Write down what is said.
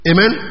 Amen